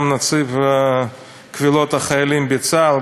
גם נציב קבילות החיילים בצה"ל,